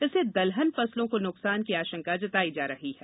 इससे दलहन फसलों को नुकसान की आशंका जताई जा रही है